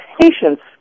patients